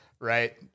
right